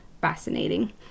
fascinating